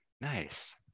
Nice